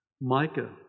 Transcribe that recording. Micah